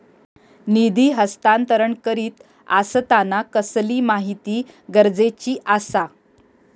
निधी हस्तांतरण करीत आसताना कसली माहिती गरजेची आसा?